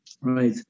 Right